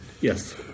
Yes